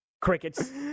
Crickets